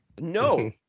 No